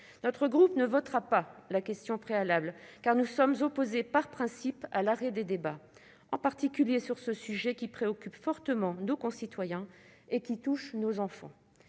tendant à opposer la question préalable, car il est opposé par principe à l'arrêt des débats, en particulier sur ce sujet qui préoccupe fortement nos concitoyens et qui touche nos enfants.